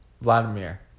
Vladimir